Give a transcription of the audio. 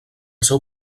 seu